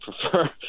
prefer